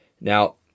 Now